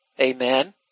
Amen